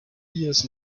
years